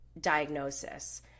diagnosis